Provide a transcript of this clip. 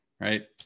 right